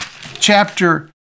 chapter